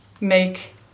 make